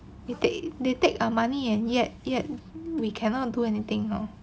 they take they take our money and yet yet we cannot do anything you know